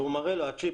והצ'יפ,